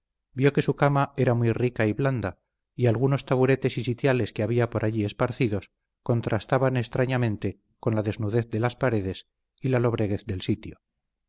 vio que su cama era muy rica y blanda y algunos taburetes y sitiales que había por allí esparcidos contrastaban extrañamente con la desnudez de las paredes y la lobreguez del sitio